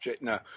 No